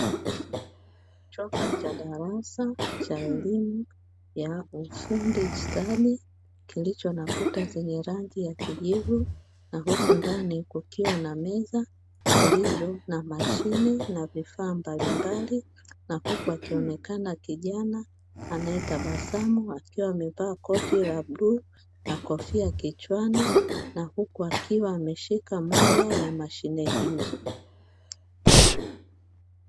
Chumba cha darasa kilichonakuta zenye rangi ya kijivu na huku ndani kukiwa na meza zilizo na mashine na vifaa mbalimbali na huku akionekana kijana anayetabasamu akiwa amevaa koti la blue na kofia kichwani na huku akiwa ameshika moja ya mashine hizo.